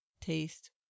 taste